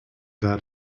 that